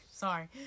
Sorry